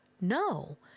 no